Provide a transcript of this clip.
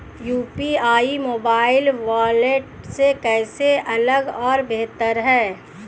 UPI mobile wallet से कैसे अलग और बेहतर है?